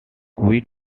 quite